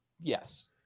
yes